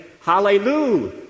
Hallelujah